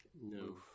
No